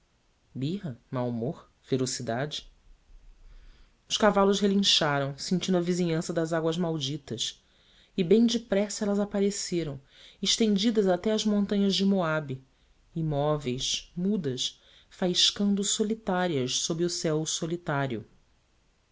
birra mau humor ferocidade os cavalos relincharam sentindo a vizinhança das águas malditas e bem depressa elas apareceram estendidas até às montanhas de moabe imóveis mudas faiscando solitárias sob o céu solitário